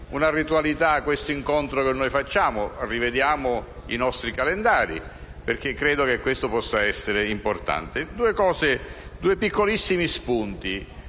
una ritualità questo incontro che noi facciamo? Rivediamo allora i nostri calendari, perché credo che questo possa essere importante. Due piccolissimi spunti